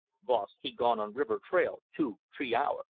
boss he gone on river trail two t'ree hour.